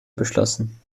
beschlossen